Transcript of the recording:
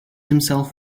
himself